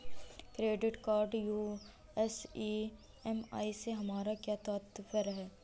Credit card US EMI से हमारा क्या तात्पर्य है?